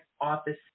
office